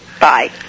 Bye